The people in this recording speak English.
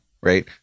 right